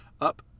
up